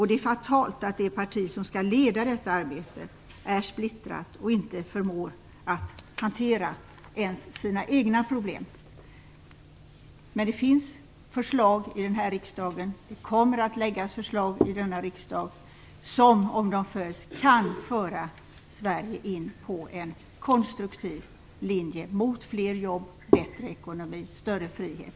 Det är fatalt att det parti som skall leda detta arbete är splittrat och inte förmår hantera ens sina egna problem. Det finns förslag och det kommer att läggas förslag i denna riksdag som, om de följs, kan föra Sverige in på en konstruktiv linje mot fler jobb, bättre ekonomi och större frihet.